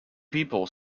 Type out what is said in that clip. people